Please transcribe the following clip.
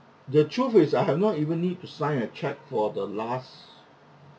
the truth is I have not even need to sign a cheque for the last